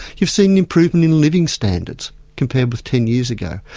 you've seen an improvement in living standards compared with ten years ago.